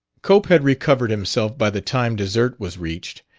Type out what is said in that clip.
cope had recovered himself by the time dessert was reached.